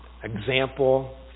Example